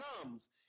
comes